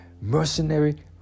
mercenary